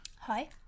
Hi